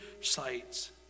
sites